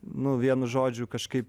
nu vien žodžiu kažkaip